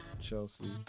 Chelsea